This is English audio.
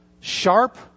sharp